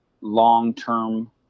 long-term